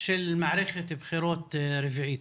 של מערכת בחירות רביעית.